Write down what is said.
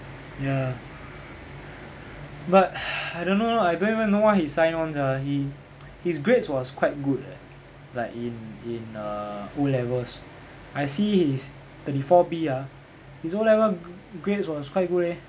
ya but I don't know I don't even know why he sign on sia he his grades was quite good leh like in in err O-levels I see his thirty four B ah his O-level g~ grades was quite good leh